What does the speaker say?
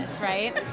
right